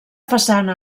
façana